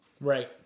Right